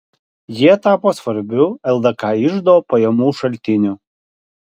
jie tapo svarbiu ldk iždo pajamų šaltiniu